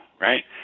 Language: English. Right